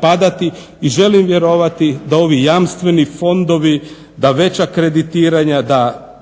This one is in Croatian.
padati. I želim vjerovati da ovi jamstveni fondovi, da veća kreditiranja, da